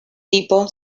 tipo